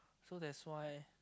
so that's why